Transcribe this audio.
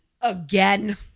again